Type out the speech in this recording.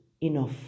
enough